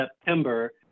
September